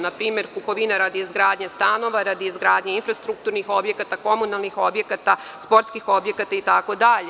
Na primer, kupovina radi izgradnje stanova, radi izgradnje infrastrukturnih objekata, komunalnih objekata, sportskih objekata itd.